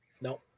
no